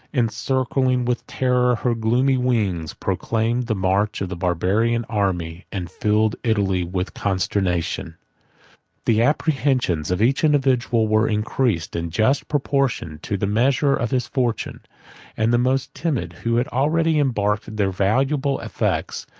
encircling with terror her gloomy wings, proclaimed the march of the barbarian army, and filled italy with consternation the apprehensions of each individual were increased in just proportion to the measure of his fortune and the most timid, who had already embarked their valuable effects,